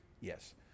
Yes